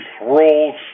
rules